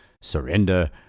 surrender